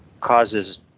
causes